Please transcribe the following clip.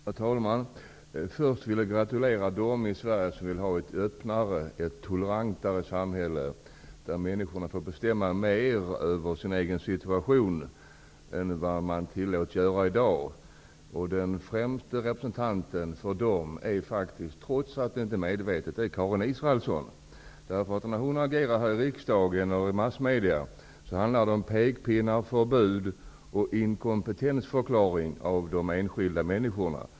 Herr talman! Först vill jag gratulera dem i Sverige som vill ha ett öppnare och tolerantare samhälle, där människor får bestämma mer över sin egen situation än vad de tillåts göra i dag. Den främsta representanten för dessa människor är, trots att det inte är medvetet, Karin Israelsson. När hon agerar här i riksdagen och i massmedier handlar det nämligen om pekpinnar, förbud och inkompetensförklaring av de enskilda människorna.